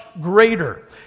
greater